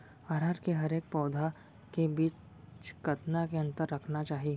अरहर के हरेक पौधा के बीच कतना के अंतर रखना चाही?